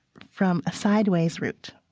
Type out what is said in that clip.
from a sideways route.